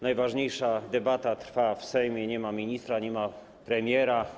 Najważniejsza debata trwa w Sejmie, a nie ma ministra, nie ma premiera.